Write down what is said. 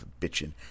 bitching